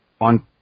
on